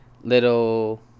little